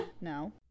no